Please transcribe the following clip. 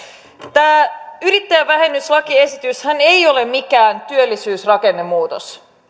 tämä yrittäjävähennyslakiesityshän ei ole mikään työllisyysrakennemuutos